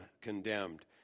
condemned